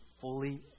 fully